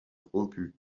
rompue